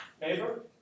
neighbor